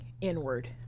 inward